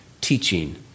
teaching